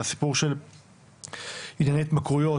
והסיפור של עניין ההתמכרויות,